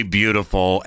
beautiful